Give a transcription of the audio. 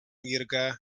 இருக்க